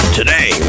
Today